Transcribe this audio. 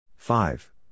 Five